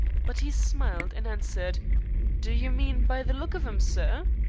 but he smiled, and answered do you mean by the look of em, sir?